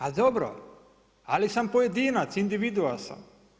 Ali, dobro, ali sam pojedinac, individua sam.